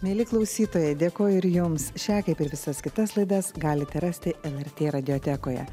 mieli klausytojai dėkoju ir jums šią kaip ir visas kitas laidas galite rasti lrt radijoekoje